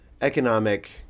economic